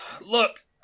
Look